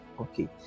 okay